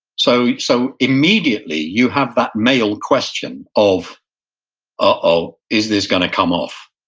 so so immediately you have that male question of, ah oh, is this going to come off?